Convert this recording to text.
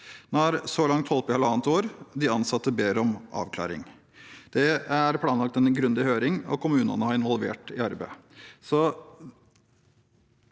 en så langt holdt på halvannet år. De ansatte ber om avklaring. Det er planlagt en grundig høring, og kommunene er involvert i arbeidet.